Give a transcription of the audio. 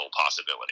possibility